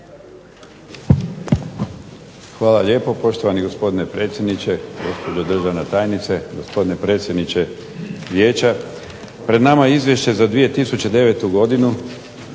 Hvala lijepo poštovani gospodine predsjedniče, gospođo državna tajnice, gospodine predsjedniče Vijeća. Pred nama je Izvješće za 2009. godinu